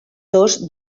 dos